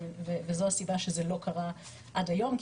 וזו הסיבה שזה לא קרה עד היום,